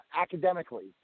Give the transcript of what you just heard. academically